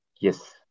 Yes